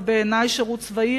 ובעיני שירות צבאי,